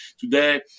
Today